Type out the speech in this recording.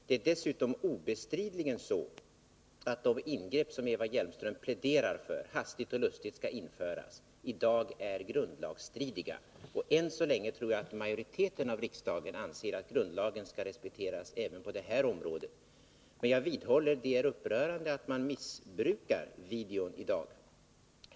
Det är också obestridligen så, att de ingrepp som Eva Hjelmström pläderar för att vi hastigt och lustigt skall göra i dag är grundlagsstridiga. Än så länge tror jag att majoriteten i riksdagen anser att grundlagen skall respekteras även på detta område. Jag vidhåller emellertid att det är upprörande att videon missbrukas i dag.